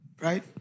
right